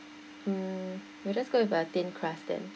mm we'll just go with a thin crust then